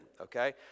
okay